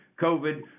COVID